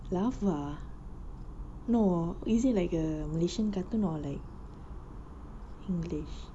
larva no is it like a malaysian cartoon or like english